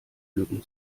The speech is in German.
lücken